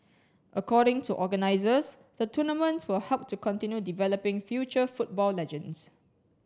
according to organisers the tournament will help to continue developing future football legends